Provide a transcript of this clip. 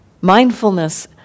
Mindfulness